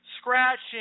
scratching